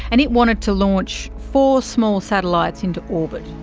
and it wanted to launch four small satellites into orbit.